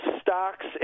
stocks